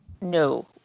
No